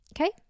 okay